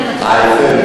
אומרת שאתה צודק.